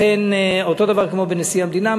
לכן, אותו דבר כמו בנשיא המדינה.